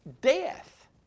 death